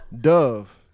Dove